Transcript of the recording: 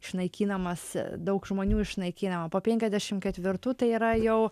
išnaikinamas daug žmonių išnaikinima po penkiasdešimt ketvirtų tai yra jau